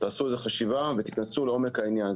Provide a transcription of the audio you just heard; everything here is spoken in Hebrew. תעשו חשיבה ותיכנסו לעומק העניין.